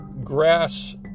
grass